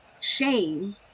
shame